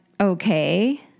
okay